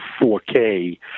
4K